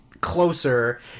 closer